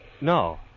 No